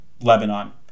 Lebanon